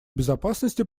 безопасности